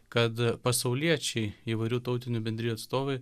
kad pasauliečiai įvairių tautinių bendrijų atstovai